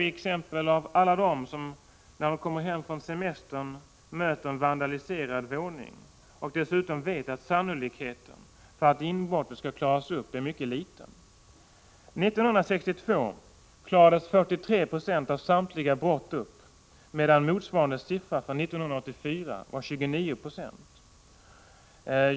Alla de som när de kommer hem från semestern möter en vandaliserad våning vet att sannolikheten att inbrottet skall klaras upp är mycket liten. 1962 klarades 43 26 av samtliga brott upp, medan motsvarande siffra för 1984 var 29 96.